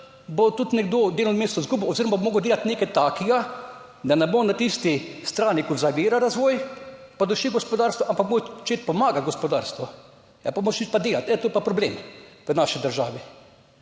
bo tudi nekdo delovno mesto izgubil oziroma bo moral delati nekaj takega, da ne bo na tisti strani, ko zavira razvoj pa duši gospodarstvo, ampak / nerazumljivo/ pomagati gospodarstvu, ja, pa moraš iti pa delati. Ja, to je pa problem v naši državi.